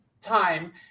time